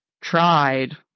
tried